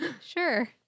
sure